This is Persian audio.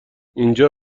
اینجا